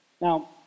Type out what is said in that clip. Now